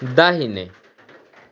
दाहिने